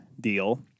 deal